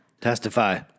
Testify